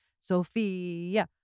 Sophia